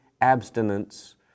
abstinence